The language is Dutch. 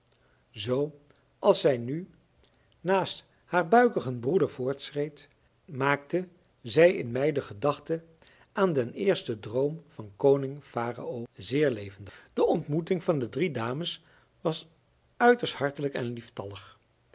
zoo als zij nu naast haar buikigen broeder voortschreed maakte zij in mij de gedachte aan den eersten droom van koning farao zeer levendig de ontmoeting van de drie dames was uiterst hartelijk en lieftallig